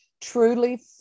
Truly